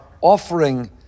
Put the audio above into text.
offering